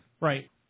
Right